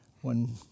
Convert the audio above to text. one